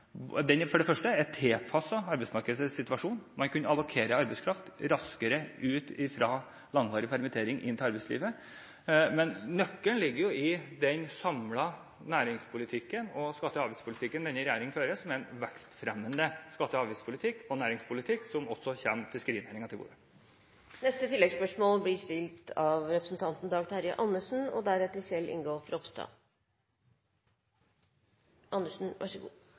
For det første er den tilpasset arbeidsmarkedets situasjon – man kan allokere arbeidskraft raskere ut fra langvarig permittering og inn til arbeidslivet. Men nøkkelen ligger i den samlede næringspolitikken og skatte- og avgiftspolitikken denne regjeringen fører, som er en vekstfremmende skatte- og avgiftspolitikk – og næringspolitikk – som også kommer fiskerinæringen til